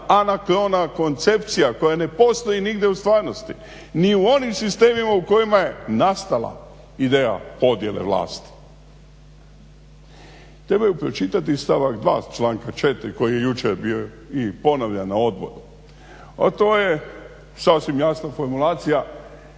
anakrona koncepcija koja ne postoji nigdje u stvarnosti, ni u onim sistemima u kojima je nastala ideja podjele vlasti. Treba i pročitati stavak 2. Članka 4 koji je jučer bio i ponavljan na Odboru, a to je sasvim jasna formulacija